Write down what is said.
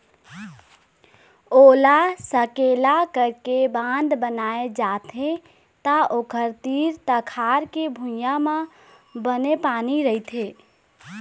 ओला सकेला करके बांध बनाए जाथे त ओखर तीर तखार के भुइंया म बने पानी रहिथे